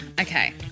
Okay